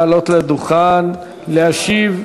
לעלות לדוכן להשיב,